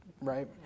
right